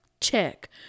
check